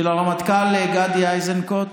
של הרמטכ"ל גדי איזנקוט,